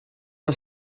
ond